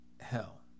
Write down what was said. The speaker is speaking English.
hell